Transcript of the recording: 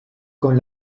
con